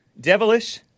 devilish